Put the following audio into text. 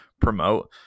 promote